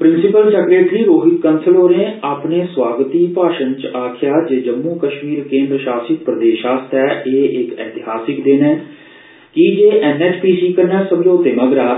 principal secretary Rohit Kansal होरें अपने स्वागर्ती भाषण च आक्खेआ जे जम्मू कश्मीर केन्द्र शासत प्रदेश आस्तै एह् इक ऐतिहासक दिन ऐ की जे एनएचपीसी कन्नै समझौते मगरा